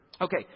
Okay